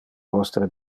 vostre